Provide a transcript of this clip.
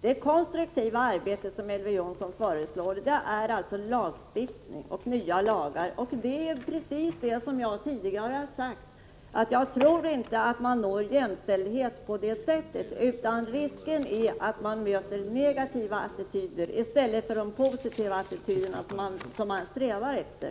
Det konstruktiva arbete som Elver Jonsson föreslår är utformning av nya lagar. Jag har tidigare sagt att jag inte tror att man når jämställdhet på det sättet. Risken är att man möter negativa attityder i stället för de positiva attityderna som man strävar efter.